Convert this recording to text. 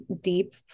deep